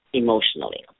emotionally